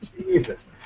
Jesus